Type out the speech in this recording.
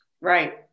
Right